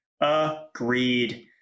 agreed